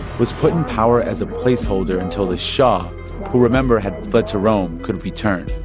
was put in power as a placeholder until the shah who, remember had fled to rome could return.